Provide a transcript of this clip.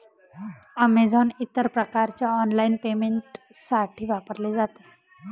Amazon इतर प्रकारच्या online पेमेंटसाठी वापरले जाते